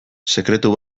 sekretu